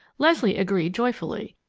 leslie agreed joyfully,